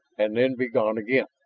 and then be gone again.